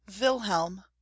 wilhelm